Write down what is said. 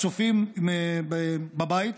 הצופים בבית,